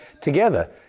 together